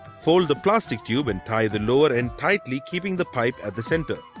fold the plastic tube and tie the lower end tightly keeping the pipe at the centre.